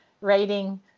writing